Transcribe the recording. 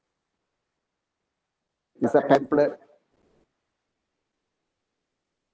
is like pamphlet